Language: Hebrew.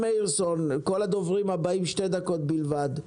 לכל הדוברים הבאים יש שתי דקות בלבד.